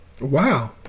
Wow